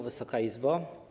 Wysoka Izbo!